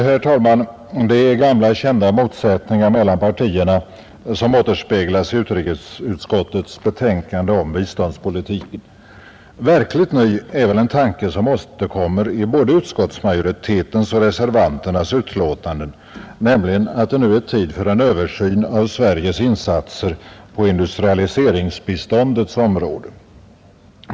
Herr talman! Det är gamla kända motsättningar mellan partierna som återspeglas i utrikesutskottets betänkande om biståndspolitiken. Verkligt ny är väl en tanke som återkommer både hos utskottsmajoriteten och hos reservanterna, nämligen att det är tid för en översyn av Sveriges insatser på industrialiseringsbiståndets område.